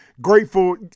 grateful